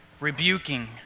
Rebuking